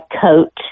coat